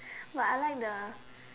but I like the